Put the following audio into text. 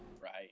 Right